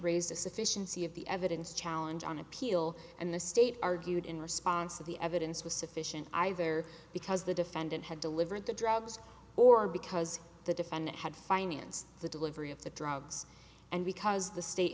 raised the sufficiency of the evidence challenge on appeal and the state argued in response to the evidence was sufficient either because the defendant had delivered the drugs or because the defendant had financed the delivery of the drugs and because the state